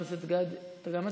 את חבר הכנסת גדי, גם אתה מצביע?